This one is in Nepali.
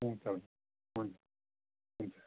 हुन्छ हुन्छ